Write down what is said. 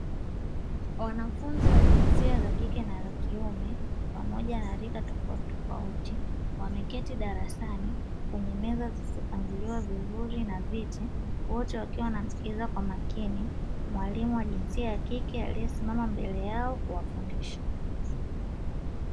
Wanafunzi wa jinsia ya kike na kiume wa rika tofautitofauti, wameketi darasani kwenye meza zilizopangwa vizuri na viti. Wote wakiwa wanamsikiliza kwa makini mwalimu wa jinsia ya kike aliyesimama mbele yao kuwafundisha.